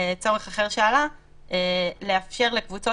אני באמת חושב שיש בעיה משפטית מבחינת